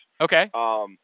Okay